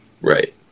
Right